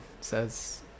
says